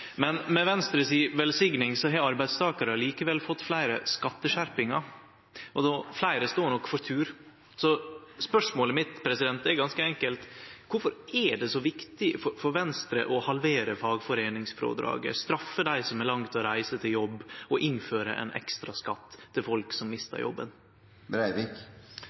Men med Venstres velsigning har arbeidstakarar likevel fått fleire skatteskjerpingar, og fleire står nok for tur. Spørsmålet mitt er ganske enkelt: Kvifor er det så viktig for Venstre å halvere fagforeiningsfrådraget, straffe dei som har langt å reise til jobb, og innføre ein ekstraskatt for folk som mister jobben?